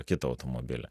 kitą automobilį